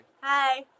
Hi